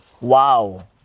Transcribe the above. Wow